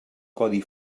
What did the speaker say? codi